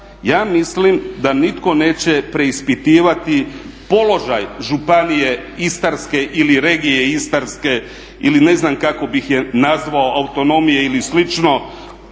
ja mislim da nitko neće preispitivati položaj Županije istarske ili regije istarske ili ne znam kako bih je nazvao, autonomije ili slično,